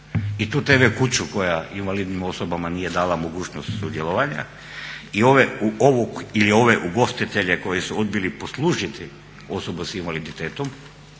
i tu tv kuću koja invalidnim osobama nije dala mogućnost sudjelovanja i ovog ili ove ugostitelje koji su odbili poslužiti osobu s invaliditetom